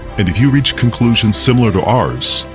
and if you reach conclusions similar to ours,